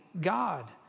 God